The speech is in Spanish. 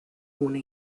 una